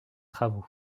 travaux